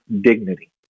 dignity